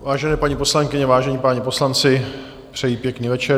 Vážené paní poslankyně, vážení páni poslanci, přeji pěkný večer.